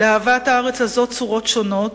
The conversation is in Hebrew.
לאהבת הארץ הזאת צורות שונות,